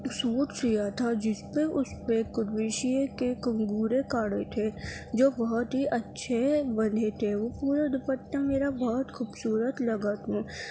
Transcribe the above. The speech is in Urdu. سوٹ سیا تھا جس پہ اس پہ کربیشیے کے کنگورے کاڑھے تھے جو بہت ہی اچھے بندھے تھے وہ پورا دوپٹا میرا بہت خوبصورت لگا تھا